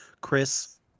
Chris